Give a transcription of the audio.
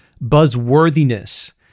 buzzworthiness